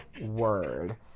word